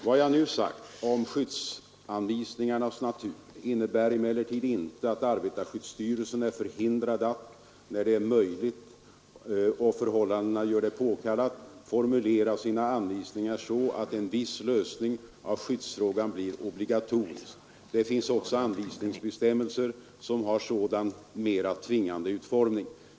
Vad jag nu sagt om skyddsanvisningarnas natur innebär emellertid inte att arbetarskyddsstyrelsen är förhindrad att, när det är möjligt och förhållandena gör det påkallat, formulera sina anvisningar så att en viss lösning av en skyddsfråga blir obligatorisk. Det finns också anvisningsbestämmelser som har sådan mera tvingande utformning.